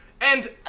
And-